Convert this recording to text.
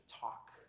talk